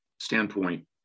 standpoint